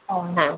হ্যাঁ